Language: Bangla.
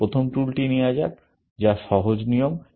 আসুন প্রথম টুলটি নেওয়া যাক যা সহজ নিয়ম